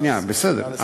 שנייה, בסדר.